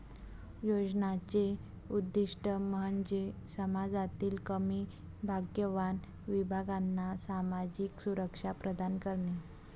योजनांचे उद्दीष्ट म्हणजे समाजातील कमी भाग्यवान विभागांना सामाजिक सुरक्षा प्रदान करणे